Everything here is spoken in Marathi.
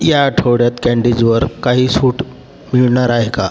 या आठवड्यात कँडीजवर काही सूट मिळणार आहे का